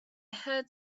heard